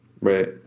Right